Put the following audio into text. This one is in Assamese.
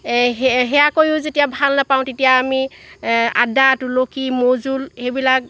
এই সেই সেইয়া কৰিও যেতিয়া ভাল নাপাওঁ তেতিয়া আমি আদা তুলসী মৌজোল এইবিলাক